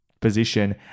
position